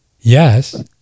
Yes